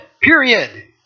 period